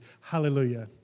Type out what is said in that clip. Hallelujah